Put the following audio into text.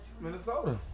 Minnesota